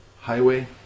highway